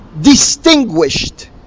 distinguished